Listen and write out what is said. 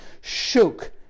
shook